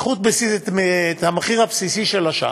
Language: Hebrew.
קחו את המחיר הבסיסי של השעה,